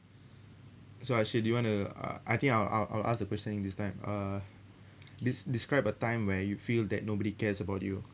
so ashir do you wanna uh I think I'll I'll I'll ask the question this time uh des~ describe a time where you feel that nobody cares about you